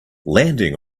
landing